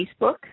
Facebook